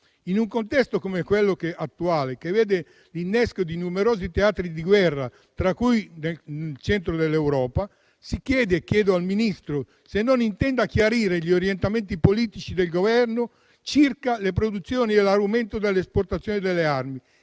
In un contesto come quello attuale, che vede l'innesco di numerosi teatri di guerra, tra cui uno nel cuore dell'Europa, chiedo al signor Ministro se intende chiarire gli orientamenti politici del Governo circa la produzione e l'aumento nell'esportazione di armi,